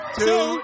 two